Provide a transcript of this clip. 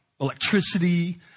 Electricity